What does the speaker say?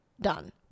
done